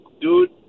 dude